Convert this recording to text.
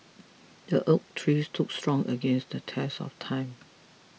the oak tree stood strong against the test of time